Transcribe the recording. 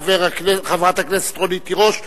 חברת הכנסת רונית תירוש,